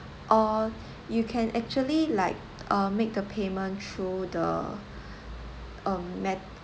or you can actually like uh make the payment through the um ma~